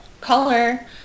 color